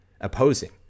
opposing